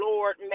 Lord